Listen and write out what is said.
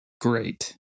great